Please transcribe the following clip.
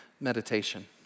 meditation